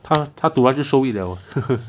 他他 dulan 就 show it liao